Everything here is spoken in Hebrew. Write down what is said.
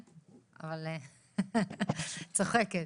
אני צוחקת.